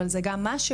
אבל זה גם משהו,